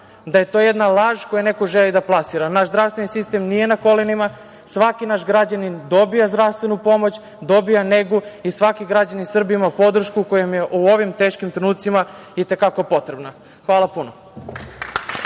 da je to jedna laž koju neko želi da plasira. Naš zdravstveni sistem nije na kolenima, svaki naš građanin dobija zdravstvenu pomoć, dobija negu i svaki građanin Srbije ima podršku koja mu je u ovim teškim trenucima i te kako potrebna. Hvala puno.